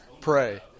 pray